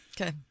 Okay